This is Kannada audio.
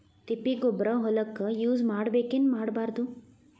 ತಿಪ್ಪಿಗೊಬ್ಬರ ಹೊಲಕ ಯೂಸ್ ಮಾಡಬೇಕೆನ್ ಮಾಡಬಾರದು?